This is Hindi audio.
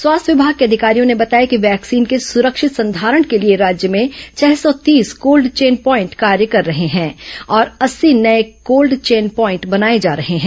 स्वास्थ्य विभाग के अधिकारियों ने बताया कि वैक्सीन के सुरक्षित संधारण के लिए राज्य में छह सौ तीस कोल्ड चैन पॉईंट कार्य कर रहे हैं और अस्सी नये कोल्ड चैन पॉईंट बनाए जा रहे हैं